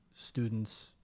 Students